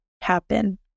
happen